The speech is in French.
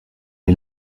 est